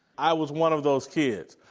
i was one of those kids.